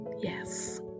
Yes